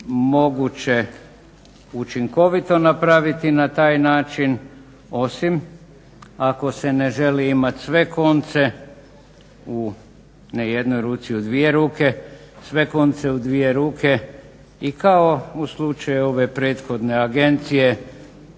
moguće učinkovito napraviti na taj način osim ako se ne želi imati sve konce u ne jednoj ruci, u dvije ruke, i kao u slučaju ove prethodne agencije